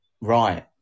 Right